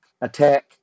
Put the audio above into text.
attack